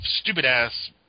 stupid-ass